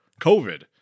COVID